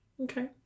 Okay